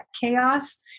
chaos